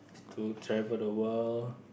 to travel the world